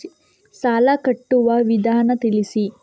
ಸಾಲ ಕಟ್ಟುವ ವಿಧಾನ ತಿಳಿಸಿ?